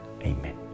Amen